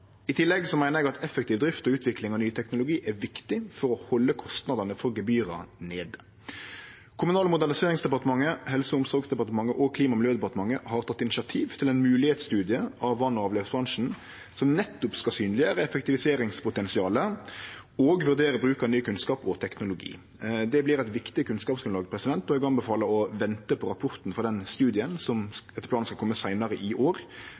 I tillegg meiner eg at effektiv drift og utvikling av ny teknologi er viktig for å halde kostnadene på gebyra nede. Kommunal- og moderniseringsdepartementet, Helse- og omsorgsdepartementet og Klima- og miljødepartementet har teke initiativ til ein moglegheitsstudie av vass- og avløpsbransjen som nettopp skal synleggjere effektiviseringspotensialet og vurdere bruk av ny kunnskap og teknologi. Det vert eit viktig kunnskapsgrunnlag, og eg anbefaler å vente på rapporten frå den studien, som etter planen skal kome seinare i år,